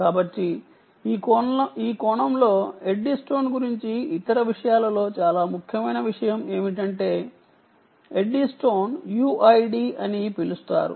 కాబట్టి ఈ కోణంలో ఎడ్డీస్టోన్ గురించి ఇతర విషయాలలో చాలా ముఖ్యమైన విషయం ఏమిటంటే ఎడ్డీస్టోన్ UID అని పిలుస్తారు